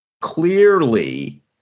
Clearly